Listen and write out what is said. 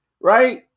right